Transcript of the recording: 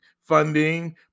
Funding